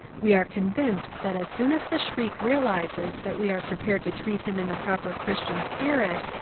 we are convinced that as soon as the shriek realises that we are prepared to treat him in the proper christian spirit,